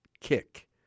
Kick